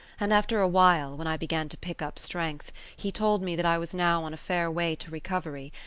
and after a while, when i began to pick up strength, he told me that i was now on a fair way to recovery,